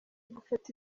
gufata